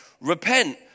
repent